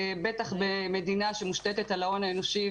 בטח במדינה שמושתתת על ההון האנושי,